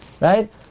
Right